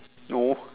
no